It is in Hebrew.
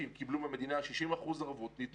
אם הוא ירצה להמשיך בעסק אנחנו נשמח אבל